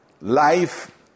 Life